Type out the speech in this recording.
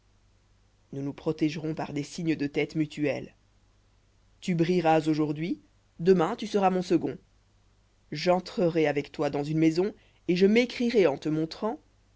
nous nous protégerons par des signes de tête mutuels tu brilleras aujourd'hui demain tu seras mon second j'entrerai avec toi dans une maison et je m'écrierai en te montrant